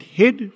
hid